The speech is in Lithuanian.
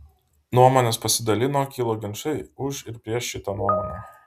nuomonės pasidalino kilo ginčai už ir prieš šitą nuomonę